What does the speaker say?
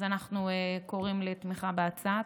אז אנחנו קוראים לתמיכה בהצעה.